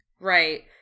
Right